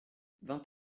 vingt